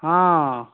ହଁ